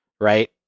right